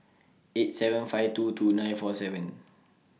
eight seven five two two nine four seven